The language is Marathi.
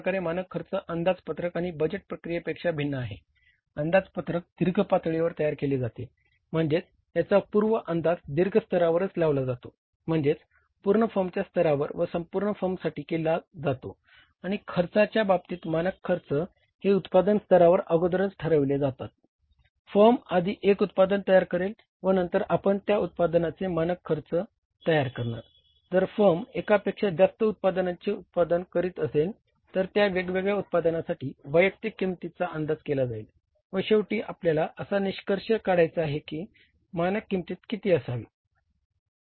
जर फर्म एकापेक्षा जास्त उत्पादनांचे उत्पादन करीत असेल तर त्या वेगवेगळ्या उत्पादनांसाठी वैयक्तिक किंमतीचा अंदाज केला जाईल व शेवटी आपल्याला असा निष्कर्ष काढायचा आहे की मानक किंमत किती असावी